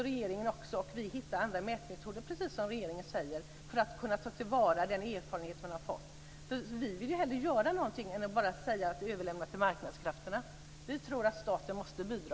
Regeringen och vi måste också hitta andra mätmetoder, precis som regeringen säger, för att kunna ta till vara den erfarenhet man har fått. Vi vill hellre göra någonting i stället för att bara överlämna detta till marknadskrafterna. Vi tror att staten måste bidra.